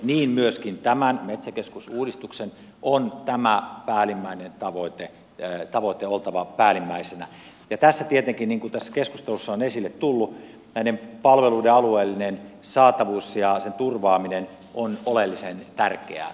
niin myöskin tässä metsäkeskusuudistuksessa on tämän päällimmäisen tavoitteen oltava päällimmäisenä ja tässä tietenkin niin kuin tässä keskustelussa on esille tullut näiden palveluiden alueellinen saatavuus ja sen turvaaminen on oleellisen tärkeää